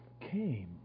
came